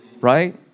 Right